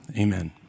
amen